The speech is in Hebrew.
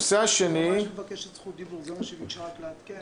היא מבקשת זכות דיבור, זה מה שהיא ביקשה לעדכן.